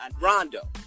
Rondo